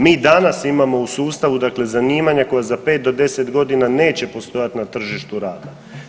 Mi danas imamo u sustavu dakle zanimanja koja za 5 do 10 godina neće postojati na tržištu rada.